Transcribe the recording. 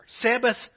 Sabbath